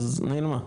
אז נעלמה?